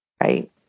right